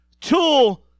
tool